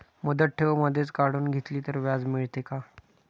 मुदत ठेव मधेच काढून घेतली तर व्याज मिळते का?